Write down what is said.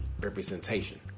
representation